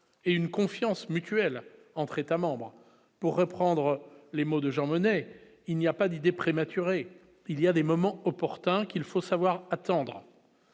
et une confiance mutuelle entre membres pour reprendre les mots de Jean Monnet, il n'y a pas d'idée prématurée, il y a des moments opportuns, qu'il faut savoir attendre.